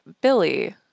billy